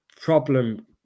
problem